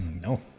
no